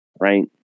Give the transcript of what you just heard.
right